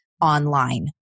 online